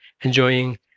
enjoying